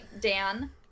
Dan